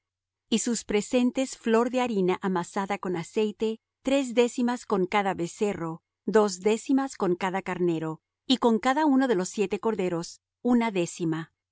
y sus presentes flor de harina amasada con aceite tres décimas con cada becerro dos décimas con cada carnero y con cada uno de los siete corderos una décima un